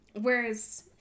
whereas